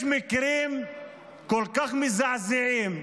יש מקרים כל כך מזעזעים,